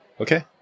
Okay